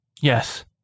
Yes